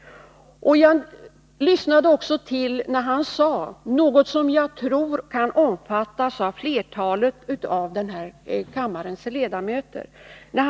Jag lyssnade också när han sade något som jag tror kan omfattas av flertalet av denna kammares ledamöter.